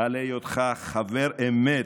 על היותך חבר אמת,